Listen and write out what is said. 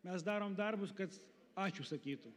mes darom darbus kad ačiū sakytų